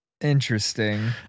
Interesting